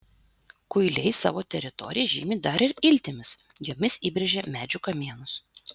kuiliai savo teritoriją žymi dar ir iltimis jomis įbrėžia medžių kamienus